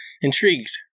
intrigued